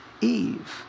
Eve